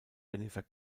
jennifer